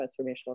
transformational